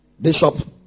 Bishop